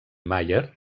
mayer